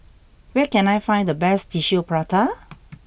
where can I find the best Tissue Prata